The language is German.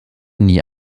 nie